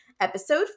episode